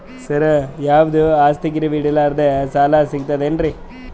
ಸರ, ಯಾವುದು ಆಸ್ತಿ ಗಿರವಿ ಇಡಲಾರದೆ ಸಾಲಾ ಸಿಗ್ತದೇನ್ರಿ?